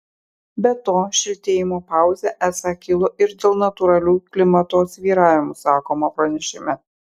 be to šiltėjimo pauzė esą kilo ir dėl natūralių klimato svyravimų sakoma pranešime